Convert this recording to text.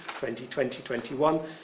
2020-21